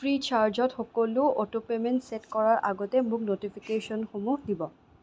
free চাৰ্জত সকলো auto payment set কৰাৰ আগতে মোক ন'টিফিকেশ্যনসমূহ দিব